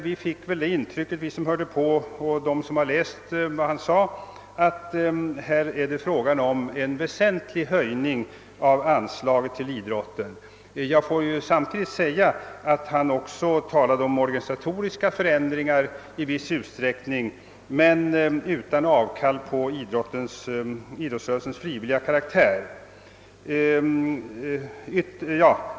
Vi som hörde honom och de som läst vad han sade har väl fått det intrycket, att det är fråga om en väsentlig höjning av anslaget till idrotten. Jag vill samtidigt framhålla att utredningsordföranden talade om organisatoriska förändringar i viss utsträckning men utan avkall på idrottsrörelsens frivilliga karaktär.